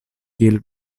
kiel